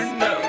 no